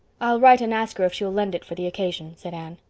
i'll write and ask her if she'll lend it for the occasion, said anne.